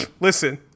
Listen